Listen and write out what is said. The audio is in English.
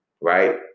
right